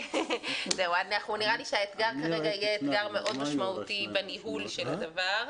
נראה לי שהאתגר יהיה אתגר מאוד משמעותי בניהול של הדבר,